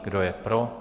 Kdo je pro?